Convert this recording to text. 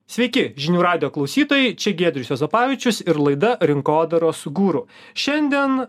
sveiki žinių radijo klausytojai čia giedrius juozapavičius ir laida rinkodaros guru šiandien